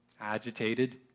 agitated